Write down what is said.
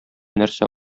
нәрсә